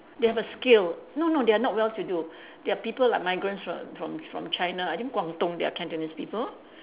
they have a skill no no they are not well to do they are people like migrants from from from China I think Guangdong they are Cantonese people